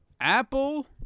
Apple